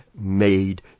made